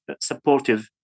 supportive